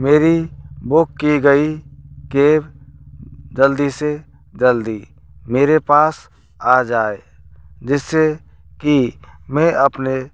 मेर बुक की गई केब जल्दी से जल्दी से जल्दी मेरे पास आ जाए जिससे की मैं अपने